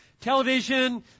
television